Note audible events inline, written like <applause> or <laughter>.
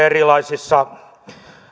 <unintelligible> erilaisissa